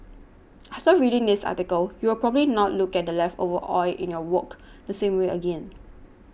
after reading this article you will probably not look at the leftover oil in your wok the same way again